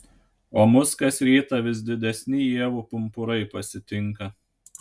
o mus kas rytą vis didesni ievų pumpurai pasitinka